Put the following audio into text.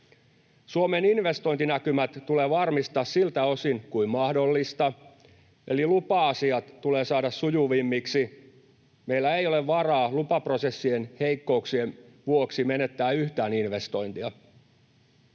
Suomen investointinäkymät tulee varmistaa siltä osin kuin mahdollista, eli lupa-asiat tulee saada sujuvammiksi. Meillä ei ole varaa lupaprosessien heikkouksien vuoksi menettää yhtään investointia.